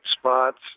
spots